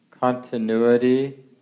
continuity